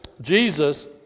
Jesus